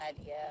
idea